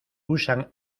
usan